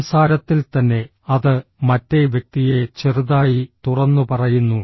സംസാരത്തിൽത്തന്നെ അത് മറ്റേ വ്യക്തിയെ ചെറുതായി തുറന്നുപറയുന്നു